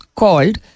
called